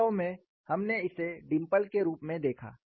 वास्तव में हमने इसे डिंपल के रूप में देखा